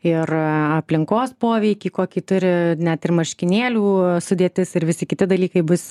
ir aplinkos poveikį kokį turi net ir marškinėlių sudėtis ir visi kiti dalykai bus